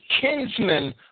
kinsmen